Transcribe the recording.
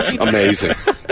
Amazing